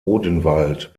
odenwald